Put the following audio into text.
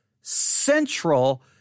central